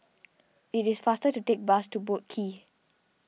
it is faster to take the bus to Boat Quay